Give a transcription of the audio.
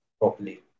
properly